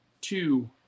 two